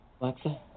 Alexa